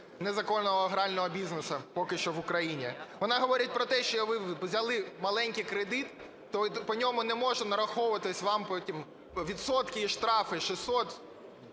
незаконного грального бізнесу, поки що, в Україні. Вони говорять про те, що ви взяли маленький кредит, по ньому не можуть нараховуватись вам потім відсотки і штрафи, 600,